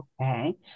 okay